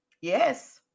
Yes